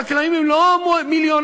חקלאים הם לא מיליונרים.